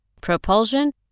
propulsion